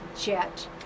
jet